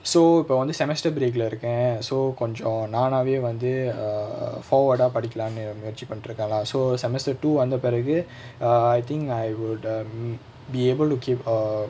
so இப்ப வந்து:ippa vanthu semester break lah இருக்க:irukka so கொஞ்சோ நானாவே வந்து:konjo naanaavae vanthu err forward ah படிக்கலானு முயற்சி பண்ணிட்டு இருக்க:padikkalaanu muyarchi pannittu irukka lah so semester two வந்த பிறகு:vantha piragu err I think I will be able to keep err